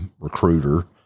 recruiter